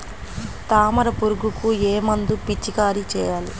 తామర పురుగుకు ఏ మందు పిచికారీ చేయాలి?